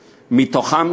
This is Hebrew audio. מורים,